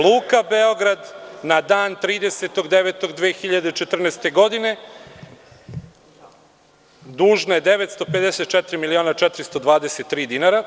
Luka Beograd na dan 30.09.2014. godine dužna je 954.000.423 dinara.